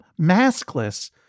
maskless